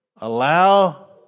allow